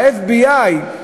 ה-FBI,